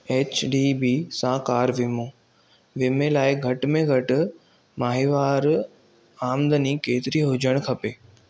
H D B सां कार वीमो वीमे लाइ घटि में घटि माहिवारु आमदनी केतिरी हुजणु खपे